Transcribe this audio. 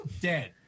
dead